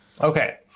Okay